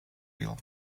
bill